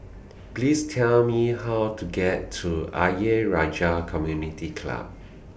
Please Tell Me How to get to Ayer Rajah Community Club